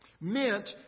meant